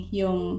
yung